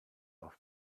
auf